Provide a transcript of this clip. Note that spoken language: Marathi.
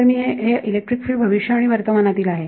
तर हे इलेक्ट्रिक फिल्ड भविष्य आणि वर्तमानातील आहे